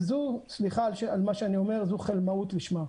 וזו סליחה על מה שאני אומר: זו חלמאות לשמה.